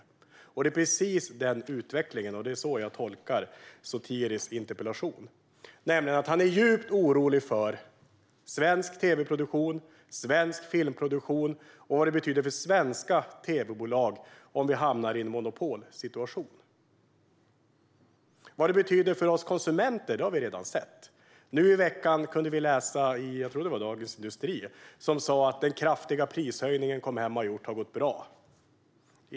Det här är precis den utvecklingen, och det är så jag tolkar Sotiris interpellation. Han är djupt orolig för svensk tv-produktion och filmproduktion och vad det betyder för svenska tv-bolag om vi hamnar i en monopolsituation. Vad det betyder för oss konsumenter har vi redan sett. Nu i veckan kunde vi läsa, jag tror att det var i Dagens industri, att den kraftiga prishöjning Com Hem har gjort har gått bra.